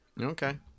Okay